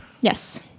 Yes